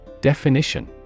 Definition